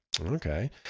Okay